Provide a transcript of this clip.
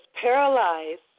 paralyzed